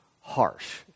harsh